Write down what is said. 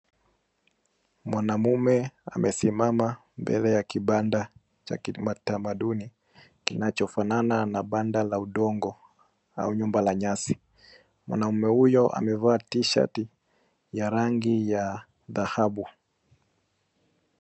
Mwanamume amesimama mbele ya kibanda cha kitamaduni kinachofanana na banda la udongo au nyumba la nyashi, mwanaume huyo amevaa tishati ya rangi ya dhahabu.